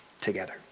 together